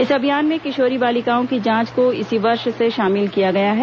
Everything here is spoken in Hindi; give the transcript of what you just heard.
इस अभियान में किशोरी बालिकाओं की जांच को इसी वर्ष से शामिल किया गया है